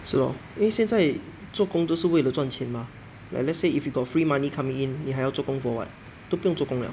是 lor 因为现在做工都是为了赚钱 mah like let's say if you got free money coming in 你还要做工 for what 都不用做工了